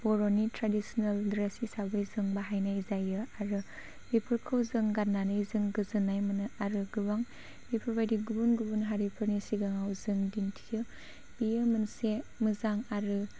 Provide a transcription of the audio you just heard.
बर'नि traditional dress हिसाबै जों बाहायनाय जायो आरो बेफोरखौ जों गाननानै जों गोजोननाय मोनो आरो गोबां बेफोरबायदि गुबुन गुबुन हारिफोरनि सिगाङाव जों दिन्थियो बियो मोनसे मोजां आरो